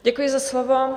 Děkuji za slovo.